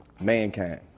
mankind